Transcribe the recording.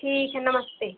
ठीक है नमस्ते